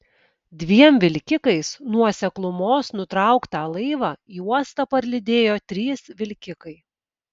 dviem vilkikais nuo seklumos nutrauktą laivą į uostą parlydėjo trys vilkikai